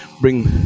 bring